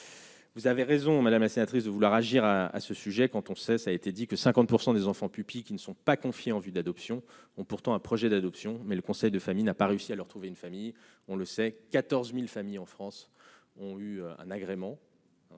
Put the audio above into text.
Vous avez raison madame est sénatrice de vouloir agir à à ce sujet, quand on sait, ça a été dit que 50 % des enfants pupilles et qui ne sont pas confier en vue d'adoption ont pourtant un projet d'adoption, mais le conseil de famille n'a pas réussi à leur trouver une famille, on le sait, 14000 familles en France ont eu un agrément